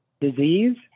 disease